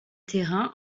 terrain